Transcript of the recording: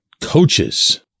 coaches